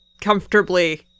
comfortably